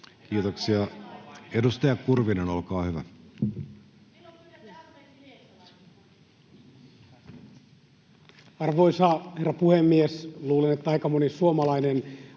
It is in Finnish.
Kiitoksia. — Edustaja Kurvinen, olkaa hyvä. Arvoisa herra puhemies! Luulen, että aika moni suomalainen